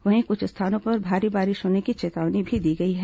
वहीं कुछ स्थानों पर भारी बारिश होने की चेतावनी दी गई है